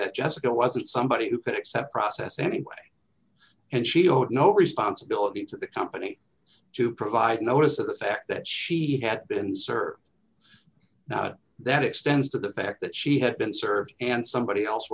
that jessica wasn't somebody who could accept process anyway and she showed no responsibility to the company to provide notice of the fact that she had been served not that extends to the fact that she had been served and somebody else